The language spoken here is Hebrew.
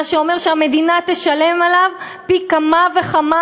מה שאומר שהמדינה תשלם עליו פי כמה וכמה,